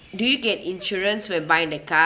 do you get insurance when buy the car